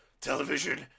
television